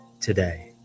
today